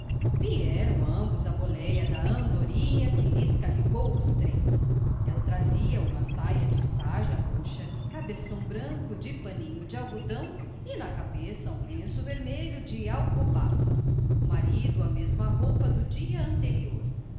vieram ambos à boleia da andorinha que lhes carregou os trens ela trazia uma saia de sarja roxa cabeção branco de paninho de algodão e na cabeça um lenço vermelho de alcobaça o marido a mesma roupa do dia anterior